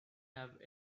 have